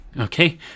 okay